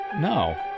No